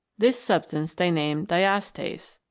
this substance they named diastase.